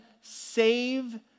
save